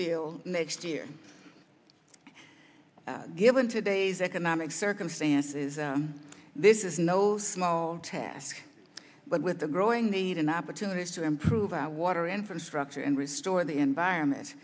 vehicle next year given today's economic circumstances this is no small task but with the growing need an opportunity to improve our water infrastructure and restore the environment